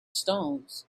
stones